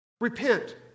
Repent